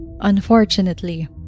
Unfortunately